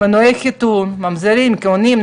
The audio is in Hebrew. מנועי חיתון, כמו ממזרים, כוהנים,